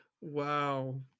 Wow